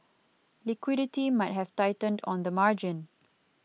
liquidity might have tightened on the margin